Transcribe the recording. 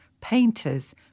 painters